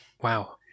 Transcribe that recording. Wow